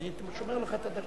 רק זדון.